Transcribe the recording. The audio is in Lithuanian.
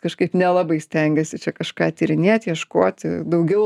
kažkaip nelabai stengiasi čia kažką tyrinėti ieškoti daugiau